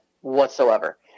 whatsoever